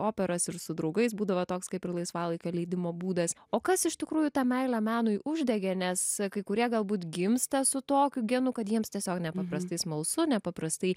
operas ir su draugais būdavo toks kaip ir laisvalaikio leidimo būdas o kas iš tikrųjų tą meilę menui uždegė nes kai kurie galbūt gimsta su tokiu genu kad jiems tiesiog nepaprastai smalsu nepaprastai